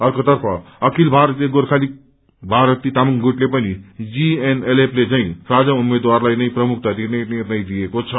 अर्कोतर्फ अखिल भारतीय गोर्खालीग भारती तामाङ गुटले पनि जीएनएलएफले झैं साझा उम्मेद्वारलाई नै प्रमुखता दिने निर्णय लिएको छ